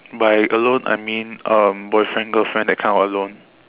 by alone I mean um boyfriend girlfriend that kind of alone